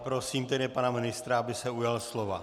Prosím tedy pana ministra, aby se ujal slova.